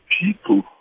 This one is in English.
people